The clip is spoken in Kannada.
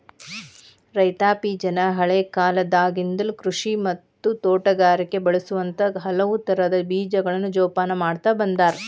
ರೈತಾಪಿಜನ ಹಳೇಕಾಲದಾಗಿಂದನು ಕೃಷಿ ಮತ್ತ ತೋಟಗಾರಿಕೆಗ ಬಳಸುವಂತ ಹಲವುತರದ ಬೇಜಗಳನ್ನ ಜೊಪಾನ ಮಾಡ್ತಾ ಬಂದಾರ